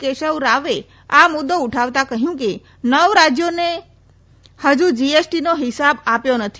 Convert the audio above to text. કેશવ રાવે આ મુદ્દો ઉઠાવતા કહ્યું કે નવ રાજ્યોને હતુ જીએસટીનો હિસ્સો અપાયો નથી